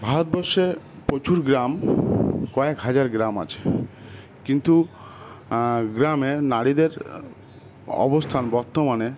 ভারতবর্ষে প্রচুর গ্রাম কয়েক হাজার গ্রাম আছে কিন্তু গ্রামে নারীদের অবস্থান বর্তমানে